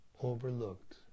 overlooked